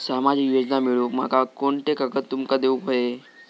सामाजिक योजना मिलवूक माका कोनते कागद तुमका देऊक व्हये?